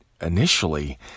initially